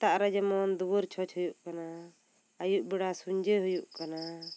ᱫᱟᱜ ᱨᱮ ᱡᱮᱢᱚᱱ ᱫᱩᱣᱟᱹᱨ ᱪᱷᱚᱸᱪ ᱦᱩᱭᱩᱠ ᱠᱟᱱᱟ ᱟᱹᱭᱩᱵ ᱵᱮᱲᱟ ᱥᱩᱧᱡᱟᱹ ᱦᱩᱭᱩᱜ ᱠᱟᱱᱟ